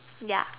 ya